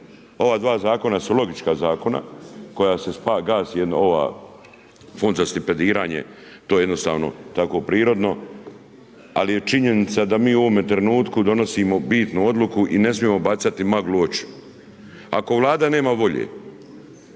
ova dva zakona su logička zakona kojima se gasi Fond za stipendiranje, to je jednostavno tako prirodno, ali je činjenica da mi u ovome trenutku donosimo bitnu odluku i ne smijemo bacati maglu u oči. Ako Vlada nema volje